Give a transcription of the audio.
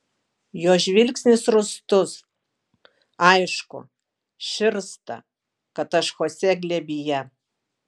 jo žvilgsnis rūstus aišku širsta kad aš chosė glėbyje